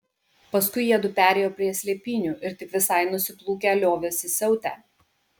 paskui jiedu perėjo prie slėpynių ir tik visai nusiplūkę liovėsi siautę